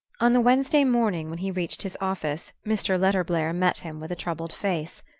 on the wednesday morning, when he reached his office, mr. letterblair met him with a troubled face.